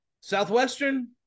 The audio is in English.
Southwestern